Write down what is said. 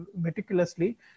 meticulously